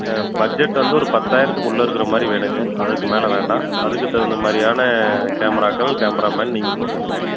budget வந்து ஒரு பத்தாயிரத்துக்கு உள்ளே இருக்கிற மாதிரி வேணுங்க அதுக்கு மேலே வேண்டாம் அதுக்கு தகுந்த மாதிரியான கேமராக்கள் கேமரா மேன் நீங்கள் போட்டுகோங்க